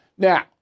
Now